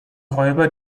räuber